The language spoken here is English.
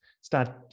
start